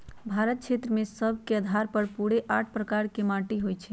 भारत में क्षेत्र सभ के अधार पर पूरे आठ प्रकार के माटि होइ छइ